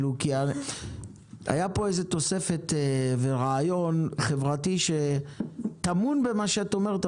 היה פה איזה תוספת ורעיון חברתי שטמון במה שאת אומרת,